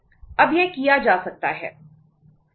अब यह किया जा सकता है